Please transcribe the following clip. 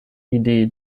idee